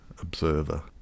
observer